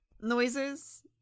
noises